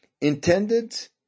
intended